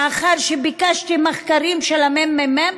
לאחר שביקשתי מחקרים של הממ"מ,